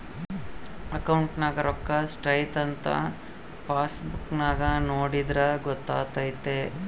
ಅಕೌಂಟ್ನಗ ರೋಕ್ಕಾ ಸ್ಟ್ರೈಥಂಥ ಪಾಸ್ಬುಕ್ ನಾಗ ನೋಡಿದ್ರೆ ಗೊತ್ತಾತೆತೆ